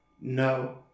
No